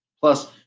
Plus